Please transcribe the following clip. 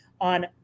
on